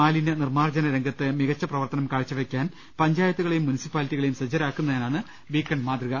മാലിന്യ നിർമാമർജ്ജന രംഗത്ത് മികച്ച പ്രവർത്തനം കാഴ്ചവെക്കാൻ പഞ്ചായത്തുകളെയും മുൻസിപ്പാലി റ്റികളെയും സജ്ജരാക്കുന്നതാണ് ബീക്കൺ മാതൃക